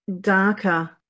darker